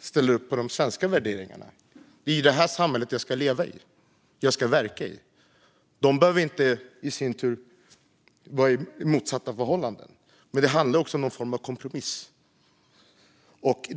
ställer upp på de svenska värderingarna, för det är det här samhället jag ska leva i. Det är här jag ska verka. Det behöver inte finnas något motsatsförhållande här, men det handlar också om en form av kompromiss.